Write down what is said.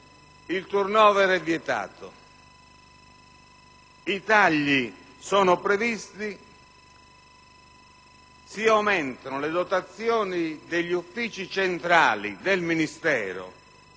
il *turnover* è bloccato, i tagli sono previsti, ma si aumentano le dotazioni degli uffici centrali del Ministero